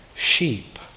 Sheep